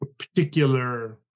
Particular